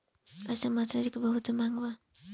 अइसन मछली के बहुते मांग बा